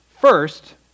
First